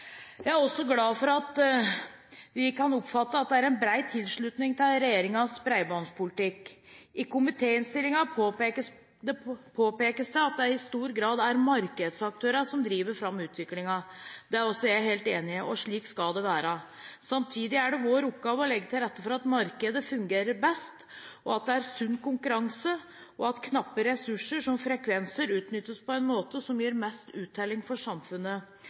Jeg er også glad for det vi oppfatter som en bred tilslutning til regjeringens bredbåndspolitikk. I komitéinnstillingen påpekes det at det i stor grad er markedsaktørene som driver fram utviklingen. Det er også jeg helt enig i, og slik skal det være. Samtidig er det vår oppgave å legge til rette for at markedet fungerer best mulig, at det er sunn konkurranse, og at knappe ressurser – som frekvenser – utnyttes på en måte som gir mest uttelling for samfunnet.